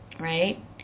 right